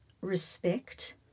respect